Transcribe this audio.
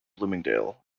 bloomingdale